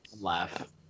laugh